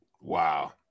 Wow